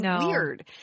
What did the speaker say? weird